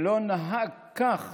שלא נהג כך